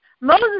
Moses